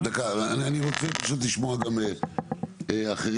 אני רוצה לשמוע גם אחרים.